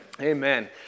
Amen